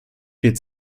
viel